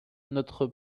notre